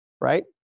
right